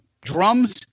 drums